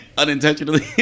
unintentionally